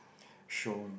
shown